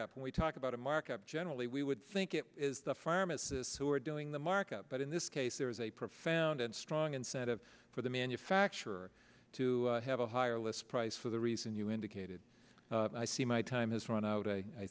markup and we talk about a markup generally we would think it is the pharmacists who are doing the markup but in this case there is a profound and strong incentive for the manufacturer to have a higher list price for the reason you indicated i see my time has run out a i